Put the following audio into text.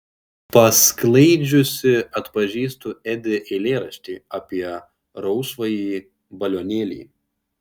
pasklaidžiusi atpažįstu edi eilėraštį apie rausvąjį balionėlį